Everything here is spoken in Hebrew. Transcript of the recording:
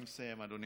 אני מסיים, אדוני